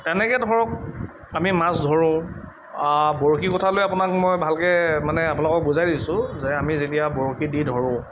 তেনেকৈ ধৰক আমি মাছ ধৰোঁ বৰশী কথালৈ আপোনাক মই ভালকৈ মানে আপোনালোকক বুজাই দিছোঁ যে আমি যেতিয়া বৰশী দি ধৰোঁ